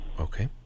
okay